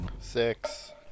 Six